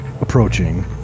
approaching